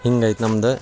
ಹಿಂಗೈತೆ ನಮ್ದು